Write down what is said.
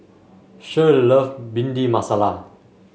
Shirl love Bhindi Masala